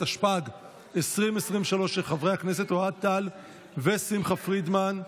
אני קובע כי הצעת חוק הביטוח הלאומי, התשפ"ג 2023,